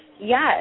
Yes